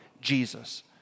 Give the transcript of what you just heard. Jesus